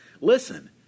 listen